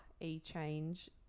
E-Change